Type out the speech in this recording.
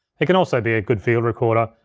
it can also be a good field recorder.